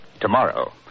Tomorrow